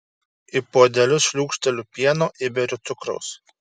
į puodelius šliūkšteliu pieno įberiu cukraus